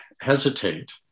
hesitate